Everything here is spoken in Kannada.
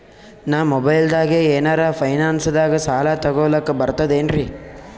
ನಾ ಮೊಬೈಲ್ದಾಗೆ ಏನರ ಫೈನಾನ್ಸದಾಗ ಸಾಲ ತೊಗೊಲಕ ಬರ್ತದೇನ್ರಿ?